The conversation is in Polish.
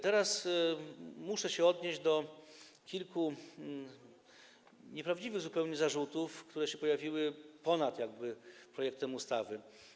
Teraz muszę się odnieść do kilku nieprawdziwych zupełnie zarzutów, które się pojawiły jakby ponad projektem ustawy.